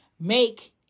make